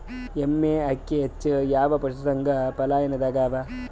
ಎಮ್ಮೆ ಅಕ್ಕಿ ಹೆಚ್ಚು ಯಾವ ಪಶುಸಂಗೋಪನಾಲಯದಾಗ ಅವಾ?